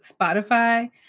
Spotify